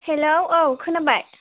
hello औ खोनाबाय